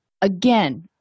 Again